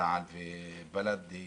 תע"ל ובל"ד,